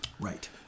Right